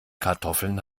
kartoffeln